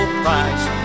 price